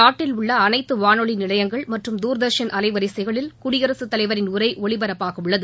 நாட்டில் உள்ள அனைத்து வானொலி நிலையங்கள் மற்றும் துர்தர்ஷன் அலைவரிசைகளில் குடியரகத் தலைவரின் உரை ஒலிபரப்பாகவுள்ளது